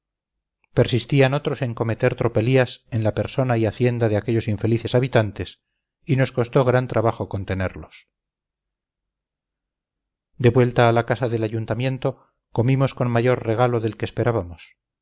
horror persistían otros en cometer tropelías en la persona y hacienda de aquellos infelices habitantes y nos costó gran trabajo contenerlos de vuelta a la casa del ayuntamiento comimos con mayor regalo del que esperábamos